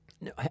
No